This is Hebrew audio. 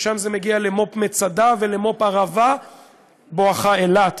משם זה מגיע למו"פ מצדה ולמו"פ ערבה בואכה אילת.